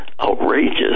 outrageous